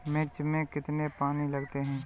मिर्च में कितने पानी लगते हैं?